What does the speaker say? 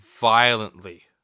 violently